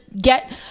get